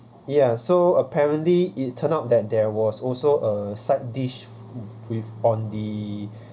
ya so apparently it turned out that there was also a side dish with on the